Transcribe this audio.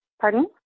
pardon